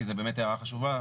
כי זה באמת הערה חשובה.